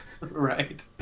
Right